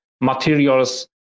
materials